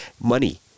money